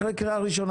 אחרי קריאה ראשונה,